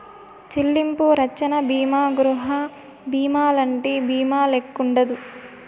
చెల్లింపు రచ్చన బీమా గృహబీమాలంటి బీమాల్లెక్కుండదు